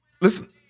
Listen